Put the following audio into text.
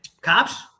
Cops